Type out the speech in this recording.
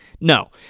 No